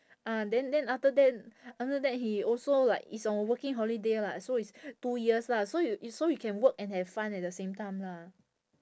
ah then then after that after that he also like is on working holiday lah so it's two years lah so you so you can work and have fun at the same time lah